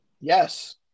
Yes